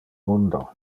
mundo